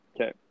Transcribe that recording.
Okay